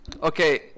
Okay